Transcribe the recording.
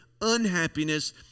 unhappiness